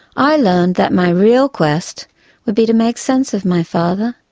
i learned that my real quest would be to make sense of my father,